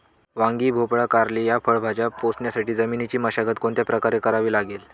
वांगी, भोपळा, कारली या फळभाज्या पोसण्यासाठी जमिनीची मशागत कोणत्या प्रकारे करावी लागेल?